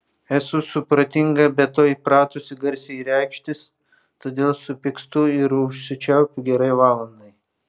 esu supratinga be to įpratusi garsiai reikštis todėl supykstu ir užsičiaupiu gerai valandai